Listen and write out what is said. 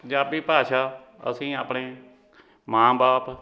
ਪੰਜਾਬੀ ਭਾਸ਼ਾ ਅਸੀਂ ਆਪਣੇ ਮਾਂ ਬਾਪ